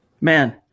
Man